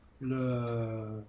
le